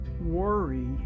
Worry